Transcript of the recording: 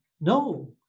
No